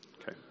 Okay